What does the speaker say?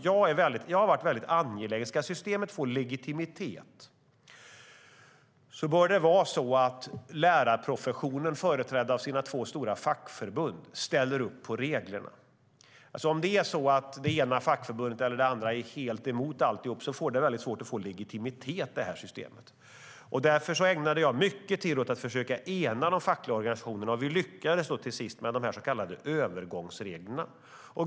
Jag har varit väldigt angelägen om att ska systemet få legitimitet bör lärarprofessionen, företrädd av två stora fackförbund, ställa upp på reglerna. Om det ena eller det andra fackförbundet är helt emot alltihop är det svårt att få legitimitet i systemet. Därför ägnade jag mycket tid åt att försöka ena de fackliga organisationerna. Vi lyckades till sist med de så kallade övergångsreglerna.